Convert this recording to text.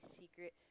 secret